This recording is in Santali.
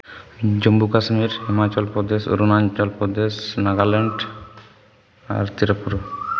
ᱡᱚᱢᱢᱩ ᱠᱟᱥᱢᱤᱨ ᱦᱤᱢᱟᱪᱚᱞᱯᱨᱚᱫᱮᱥ ᱚᱨᱩᱱᱟᱪᱚᱞᱯᱨᱚᱫᱮᱥ ᱱᱟᱜᱟᱞᱮᱱᱰ ᱟᱨ ᱛᱨᱤᱯᱩᱨᱟ